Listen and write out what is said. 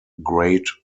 great